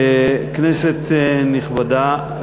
כנסת נכבדה,